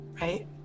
right